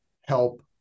help